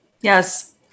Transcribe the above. yes